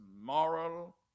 moral